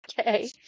Okay